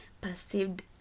perceived